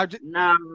No